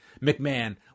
McMahon